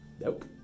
Nope